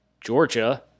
Georgia